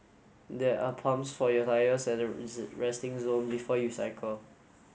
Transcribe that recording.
there are pumps for your tyres at the resting zone before you cycle